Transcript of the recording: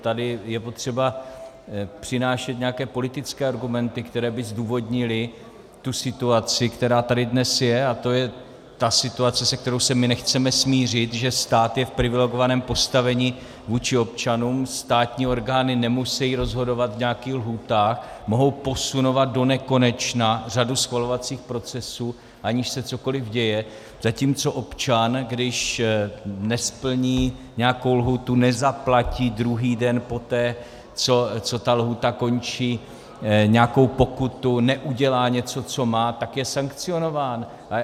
Tady je potřeba přinášet nějaké politické argumenty, které by zdůvodnily situaci, která tady dnes je, a to je ta situace, se kterou se my nechceme smířit, že stát je v privilegovaném postavení vůči občanům, státní orgány nemusí rozhodovat v nějakých lhůtách, mohou posunovat donekonečna řadu schvalovacích procesů, aniž se cokoli děje, zatímco občan, když nesplní nějakou lhůtu, nezaplatí druhý den poté, co ta lhůta končí, nějakou pokutu, neudělá něco, co má, tak je sankcionován.